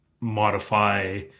modify